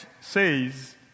says